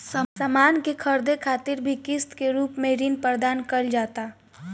सामान के ख़रीदे खातिर भी किस्त के रूप में ऋण प्रदान कईल जाता